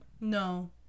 No